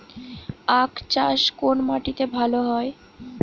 আখ চাষ কোন মাটিতে ভালো হয়?